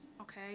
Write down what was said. okay